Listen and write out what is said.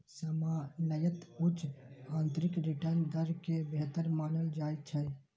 सामान्यतः उच्च आंतरिक रिटर्न दर कें बेहतर मानल जाइ छै